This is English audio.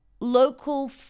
local